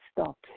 stop